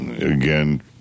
Again